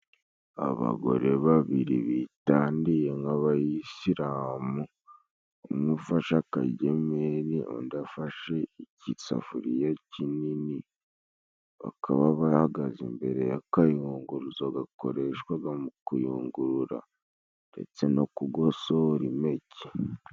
Abagore babiri bitandiye nk'abayisilamu umwe ufashe akagemiri undi afashe igisafuriya kinini, bakaba bahagaze imbere y'akayukonguruzo gakoreshwaga mu kuyungurura, ndetse no kugosora impeke.